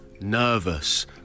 nervous